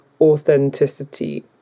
authenticity